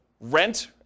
rent